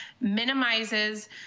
minimizes